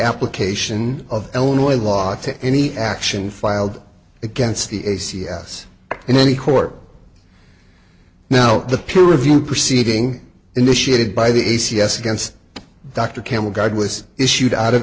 application of illinois law to any action filed against the a c s in any court now the peer review proceeding initiated by the a c s against dr camel guide was issued out of